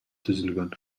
түзүлгөн